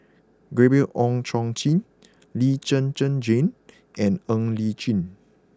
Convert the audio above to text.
Gabriel Oon Chong Jin Lee Zhen Zhen Jane and Ng Li Chin